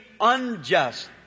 unjust